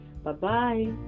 Bye-bye